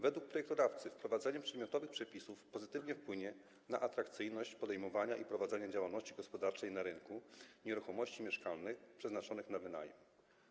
Według projektodawcy wprowadzenie przedmiotowych przepisów pozytywnie wpłynie na atrakcyjność podejmowania i prowadzenia działalności gospodarczej na rynku nieruchomości mieszkalnych przeznaczonych na wynajem.